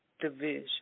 division